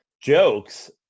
jokes